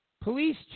Police